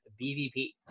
BVP